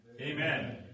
Amen